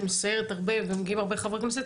שמסיירת הרבה ומגיעים הרבה חברי כנסת,